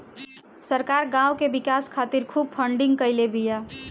सरकार गांव के विकास खातिर खूब फंडिंग कईले बिया